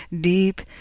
deep